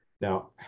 Now